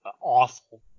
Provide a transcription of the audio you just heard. awful